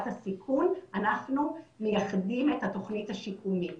הסיכון אנחנו מייחדים את התוכנית השיקומית.